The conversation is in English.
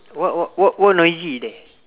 what what what what noisy there